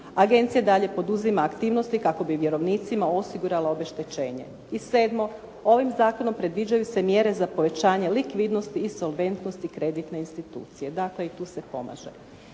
Agencija dalje poduzima aktivnosti kako bi vjerovnicima osigurala obeštećenje. I sedmo, ovim zakonom predviđaju se mjere za povećanje likvidnosti i solventnosti kreditne institucije. Dakle, i tu se pomaže.